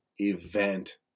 event